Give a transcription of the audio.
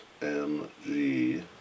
MG